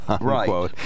Right